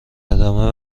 ادامه